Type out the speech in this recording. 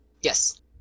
Yes